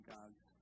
God's